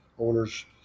owners